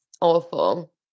awful